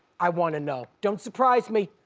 i wanna know. don't surprise me.